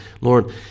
Lord